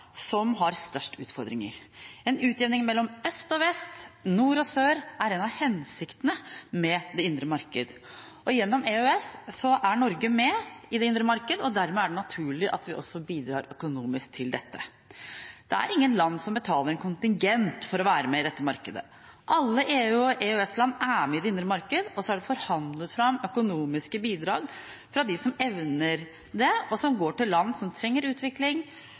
som har størst utfordringer. En utjevning mellom øst og vest, nord og sør er en av hensiktene med det indre marked. Gjennom EØS er Norge med i det indre marked, dermed er det naturlig at vi også bidrar økonomisk til dette. Det er ingen land som betaler en kontingent for å være med i dette markedet. Alle EU- og EØS-land er med i det indre marked, og så er det forhandlet fram økonomiske bidrag fra dem som evner det, som går til land som trenger utvikling,